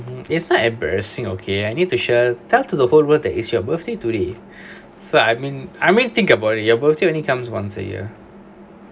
it's not embarrassing okay I need to share that to the whole world that it's your birthday today so I mean I mean think about your birthday only comes once a year